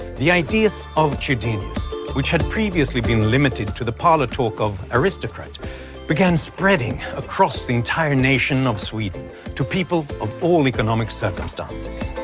the ideas of chydenius which had previously been limited to the parlor talk of aristocrats began spreading across the entire nation of sweden to people of all economic circumstances.